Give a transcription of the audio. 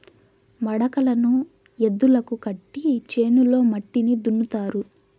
మడకలను ఎద్దులకు కట్టి చేనులో మట్టిని దున్నుతారు